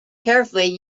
carefully